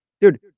Dude